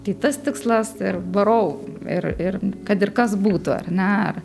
tai tas tikslas ir varau ir ir kad ir kas būtų ar ne ar